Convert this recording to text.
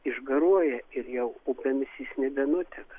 išgaruoja ir jau upėmis jis nebenuteka